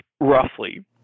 roughly